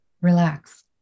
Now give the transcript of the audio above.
relax